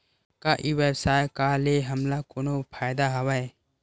का ई व्यवसाय का ले हमला कोनो फ़ायदा हवय?